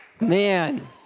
Man